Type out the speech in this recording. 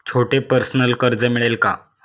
छोटे पर्सनल कर्ज मिळेल का?